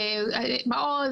מעוז,